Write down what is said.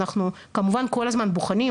אנחנו כמובן כל הזמן בוחנים,